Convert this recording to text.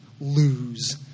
lose